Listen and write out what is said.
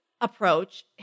approach